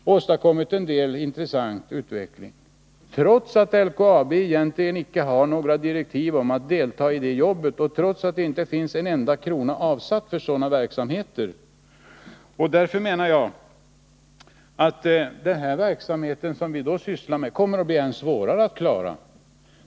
Man har åstadkommit en del intressant utveckling, trots att LKAB egentligen inte har några direktiv om att delta och trots att det inte finns en enda krona avsatt för sådan verksamhet. Denna verksamhet kommer att bli än svårare att klara.